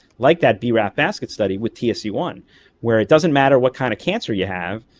like that braf basket study with t s e one where it doesn't matter what kind of cancer you have,